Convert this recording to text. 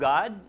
God